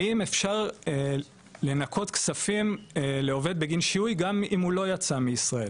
האם אפשר לנכות כספים לעובד בגין שיהוי גם אם הוא לא יצא מישראל,